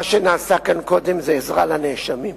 מה שנעשה כאן קודם זה עזרה לנאשמים.